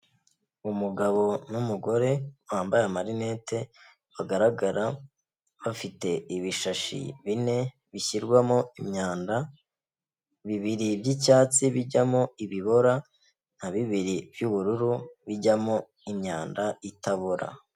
Umugabo n'umugore bambaye amarinete bagaragara bafite ibishashi bine bishyirwamo imyanda, bibiri byi'cyatsi bijyamo ibibora na bibiri by'ubururu bijyamo imyanda itabora.